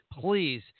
please